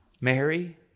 Mary